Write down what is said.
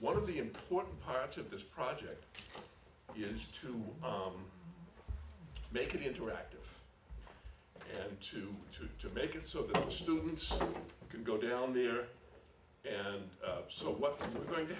one of the important parts of this project is to make it interactive and to to to make it so that the students can go down there and so what we're going to